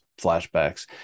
flashbacks